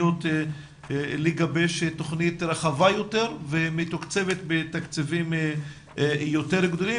לגבש תוכנית רחבה יותר ומתוקצבת בתקציבים יותר גדולים